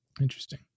interesting